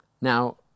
Now